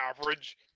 average